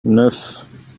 neuf